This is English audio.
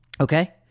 okay